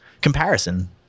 comparison